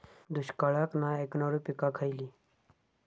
दुष्काळाक नाय ऐकणार्यो पीका खयली?